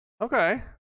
Okay